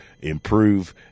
improve